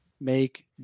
make